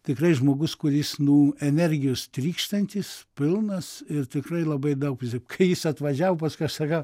tikrai žmogus kuris nu energijos trykštantis pilnas ir tikrai labai daug kai jis atvažiavo pas sakau